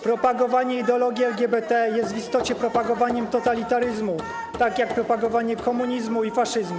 Propagowanie ideologii LGBT jest w istocie propagowaniem totalitaryzmów, tak jak propagowanie komunizmu i faszyzmu.